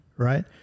right